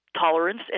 Tolerance